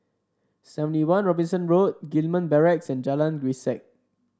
Seventy One Robinson Road Gillman Barracks and Jalan Grisek